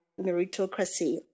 meritocracy